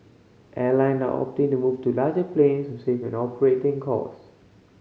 airline are opting to move to larger planes to save on operating costs